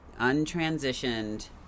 untransitioned